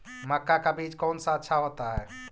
मक्का का बीज कौन सा अच्छा होता है?